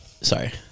Sorry